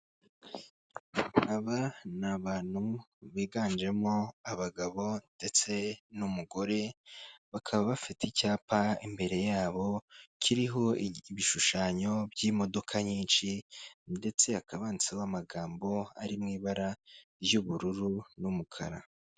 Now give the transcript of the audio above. Aba ni abantu biganjemo abagabo ndetse n'umugore bakaba bafite icyapa, imbere yabo kiriho ibishushanyo by'imodoka nyinshi ndetse hakaba handitseho amagambo ari mu ibara ry'ubururu n'umukara.